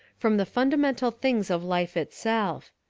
from the fundamental things of life itself.